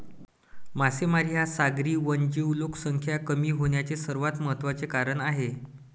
मासेमारी हा सागरी वन्यजीव लोकसंख्या कमी होण्याचे सर्वात महत्त्वाचे कारण आहे